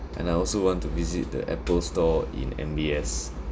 and I also want to visit the Apple store in M_B_S